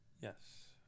Yes